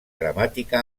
gramàtica